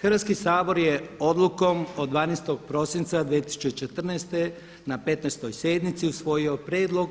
Hrvatski sabor je odlukom od 12. prosinca 2014. na 15. sjednici usvojio Prijedlog